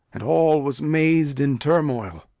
and all was mazed in turmoil.